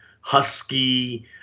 husky